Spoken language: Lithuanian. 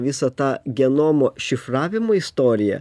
visą tą genomo šifravimo istoriją